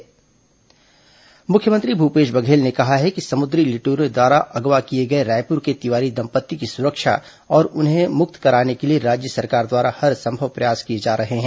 मुख्यमंत्री समुद्री लुटेरे अपहरण मुख्यमंत्री भूपेश बघेल ने कहा है कि समु द्वी लुटेरों द्वारा अगवा किए गए रायपुर के तिवारी दम्पित्ता की सुरक्षा और उन्हें मुक्त कराने के लिए राज्य सरकार द्वारा हरसंभव प्रयास किए जा रहे हैं